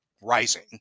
Rising